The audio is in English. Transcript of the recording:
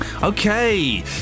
Okay